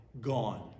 gone